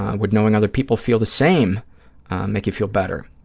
would knowing other people feel the same make you feel better?